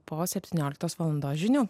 po septynioliktos valandos žinių